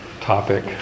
topic